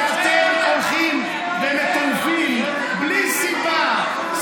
כשאתם הולכים ומטנפים בלי סיבה,